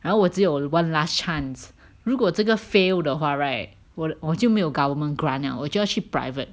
然后我只有 one last chance 如果这个 fail 的话 right 我就没有 government grant liao 我就要去 private